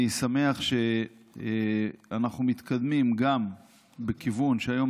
אני שמח שאנחנו גם מתקדמים בכיוון שהיום